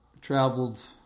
traveled